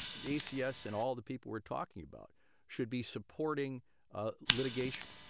this. yes, and all the people we're talking about should be supporting ah litigation,